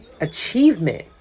achievement